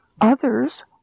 Others